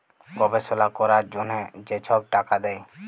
গবেষলা ক্যরার জ্যনহে যে ছব টাকা দেয়